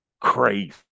crazy